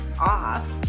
off